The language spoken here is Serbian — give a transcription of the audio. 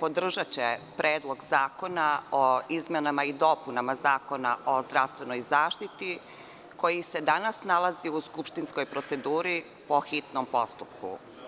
podržaće Predlog zakona o izmenama i dopunama Zakona o zdravstvenoj zaštiti, koji se danas nalazi u skupštinskoj proceduri po hitnom postupku.